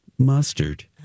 Mustard